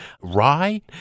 Rye